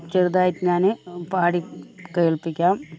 ചെറുതായിട്ട് ഞാന് പാടി കേൾപ്പിക്കാം